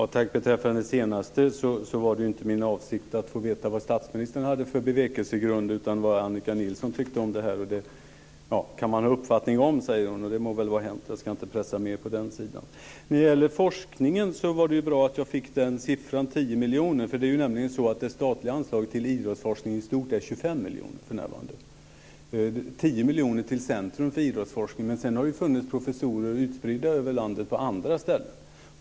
Herr talman! Det var inte min avsikt att få veta vad statsministern hade för bevekelsegrund, utan jag undrade vad Annika Nilsson tyckte om detta. Det kan man ha uppfattning om, sade hon, och det må väl vara hänt. Jag ska inte pressa henne mer på den punkten. När det gäller forskningen var det bra att jag fick siffran 10 miljoner. Det statliga anslaget till idrottsforskning är för närvarande 25 miljoner. Nu anslås det 10 miljoner till Centrum för idrottsforskning. Sedan har det funnits professorer utspridda i landet på andra ställen.